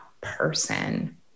person